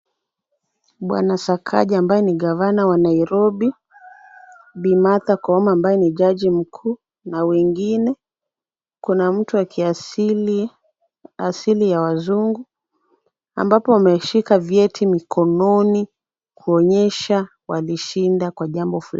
Bwana Sakaja ambaye ni gavana wa Nairobi, Bi. Martha Koome ambaye ni jaji mkuu na wengine. Kuna mtu wa kiasili ya wazungu ambapo wameshika vyeti mkononi kuonyesha walishinda kwa jambo fulani.